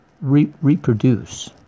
Reproduce